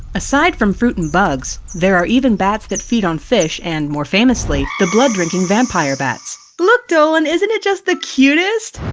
aside from fruit and bugs, there are even bats that feed on fish and, more famously, the blood-drinking vampire bats. look dolan! isn't it just the cutest!